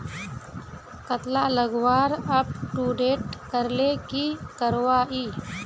कतला लगवार अपटूडेट करले की करवा ई?